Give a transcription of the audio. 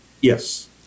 Yes